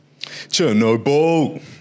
Chernobyl